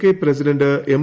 K president M